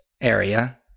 area